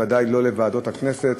בוודאי לא לוועדות הכנסת,